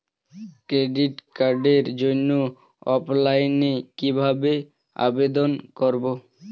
Credit কার্ডের জন্য অফলাইনে কিভাবে আবেদন করব?